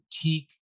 boutique